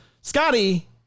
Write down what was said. Scotty